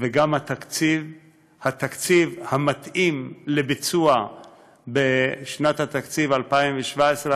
וגם התקציב המתאים לביצוע בשנת התקציב 2017,